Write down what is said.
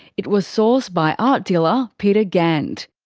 it was sourced by art dealer peter gant.